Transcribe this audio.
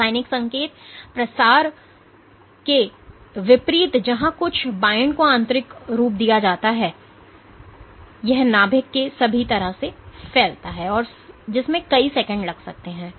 रासायनिक संकेत प्रसार के विपरीत जहां कुछ बाइंड को आंतरिक रूप दिया जाता है और यह नाभिक के सभी तरह से फैलता है जिसमें कई सेकंड लग सकते हैं